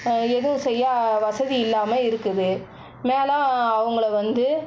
எதுவும் செய்ய வசதி இல்லாமல் இருக்குது மேலும் அவங்கள வந்து